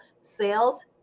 sales